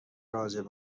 راجع